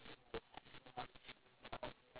okay so you'll use that as a weapon